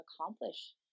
accomplish